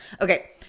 Okay